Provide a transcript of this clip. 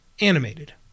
animated